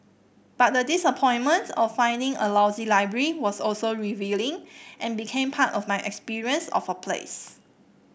but the disappointment of finding a lousy library was also revealing and became part of my experience of a place